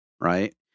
right